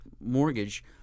mortgage